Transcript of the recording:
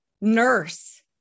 nurse